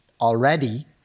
already